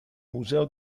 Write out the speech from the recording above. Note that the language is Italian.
museo